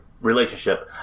relationship